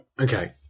Okay